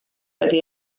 wedi